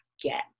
get